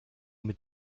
mit